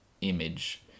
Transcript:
image